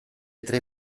tre